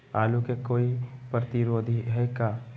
आलू के कोई प्रतिरोधी है का?